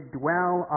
dwell